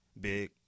Big